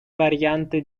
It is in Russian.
варианты